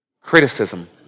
criticism